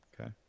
Okay